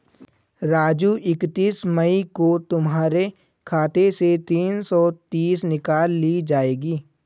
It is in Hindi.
राजू इकतीस मई को तुम्हारे खाते से तीन सौ तीस निकाल ली जाएगी